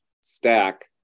stack